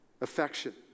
Affection